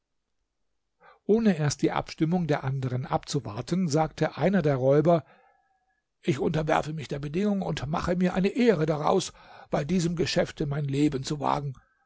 ohne erst die abstimmung der anderen abzuwarten sagte einer der räuber ich unterwerfe mich der bedingung und mache mir eine ehre daraus bei diesem geschäfte mein leben zu wagen